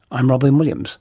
i'm robyn williams